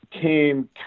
came